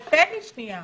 תן לי שנייה.